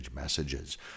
messages